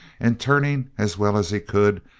and turning as well as he could,